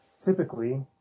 typically